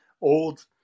old